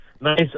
nice